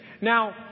Now